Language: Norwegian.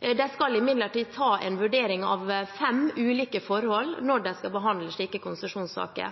De skal imidlertid ta en vurdering av fem ulike forhold når de skal behandle slike konsesjonssaker.